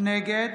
נגד